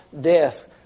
death